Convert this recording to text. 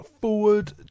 forward